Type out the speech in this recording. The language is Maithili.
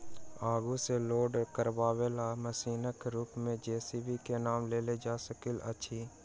आगू सॅ लोड करयबाला मशीनक रूप मे जे.सी.बी के नाम लेल जा सकैत अछि